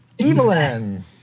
Evelyn